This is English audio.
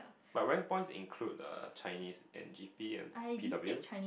but rank points include Chinese and G_P and P_W